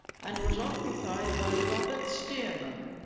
and was occupied by robert stearman